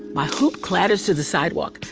my hoop clatters to the sidewalk.